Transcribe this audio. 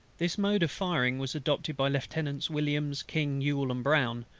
this mode of firing was adopted by lieutenants williams, king, yule, and brown,